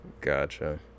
gotcha